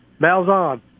Malzahn